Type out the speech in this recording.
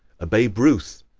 a babe ruth,